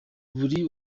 buri